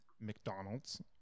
McDonald's